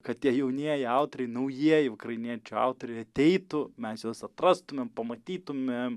kad tie jaunieji autoriai naujieji ukrainiečių autoriai ateitų mes juos atrastumėm pamatytumėm